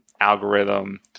algorithm